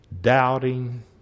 doubting